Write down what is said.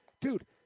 dude –